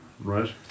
Right